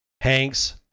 Hanks